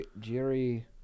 Jerry